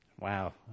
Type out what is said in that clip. wow